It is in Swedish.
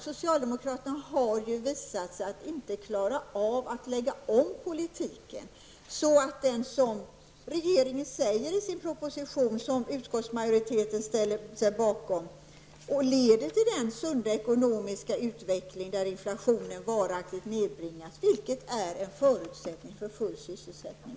Socialdemokraterna har ju visat att de inte klarar av att lägga om politiken så att den, som regeringen säger i sin av utskottsmajoriteten tillstyrka proposition, leder till den sunda ekonomiska utveckling där inflationen varaktigt nedbringas, vilket är ett villkor för full sysselsättning.